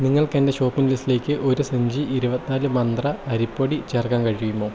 നിങ്ങൾക്ക് എന്റെ ഷോപ്പിംഗ് ലിസ്റ്റിലേക്ക് ഒര് സഞ്ചി ഇരുപത്തിനാല് മന്ത്ര അരിപ്പൊടി ചേർക്കാൻ കഴിയുമോ